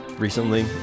recently